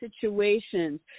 situations